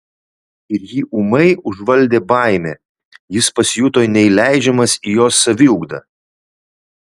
ir jį ūmai užvaldė baimė jis pasijuto neįleidžiamas į jos saviugdą